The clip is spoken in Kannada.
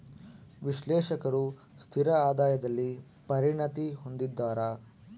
ವಿಶ್ಲೇಷಕರು ಸ್ಥಿರ ಆದಾಯದಲ್ಲಿ ಪರಿಣತಿ ಹೊಂದಿದ್ದಾರ